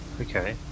Okay